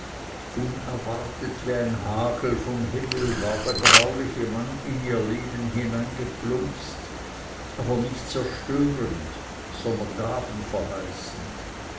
unerwartet wie ein hagel vom himmel war der grauliche mann in ihr leben hineingeplumpst aber nicht zerstörend sondern gaben